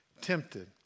tempted